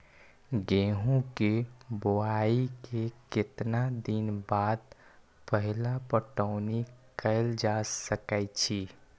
गेंहू के बोआई के केतना दिन बाद पहिला पटौनी कैल जा सकैछि?